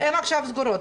הם עכשיו סגורים.